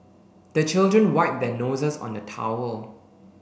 the children wipe their noses on the towel